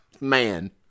man